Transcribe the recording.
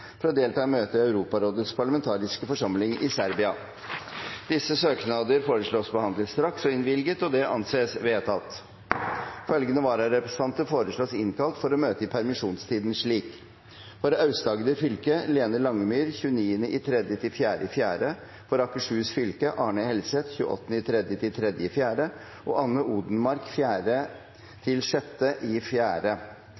for å delta i møte i Europarådets parlamentariske forsamling i Serbia. Etter forslag fra presidenten ble enstemmig besluttet: Søknadene behandles straks og innvilges. Følgende vararepresentanter innkalles for å møte i permisjonstiden slik: For Aust-Agder fylke: Lene Langemyr 29. mars til 4. april For Akershus fylke: Are Helseth 28. mars til 3. april, og Anne Odenmarck